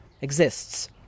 exists